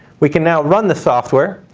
we can now run the software.